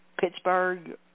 Pittsburgh